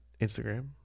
Instagram